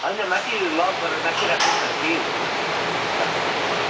होइन माथि लक गरेर माथि राख्नुहोस् न केही हुँदैन स्टाफहरू पठाइदिन्छु